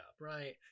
right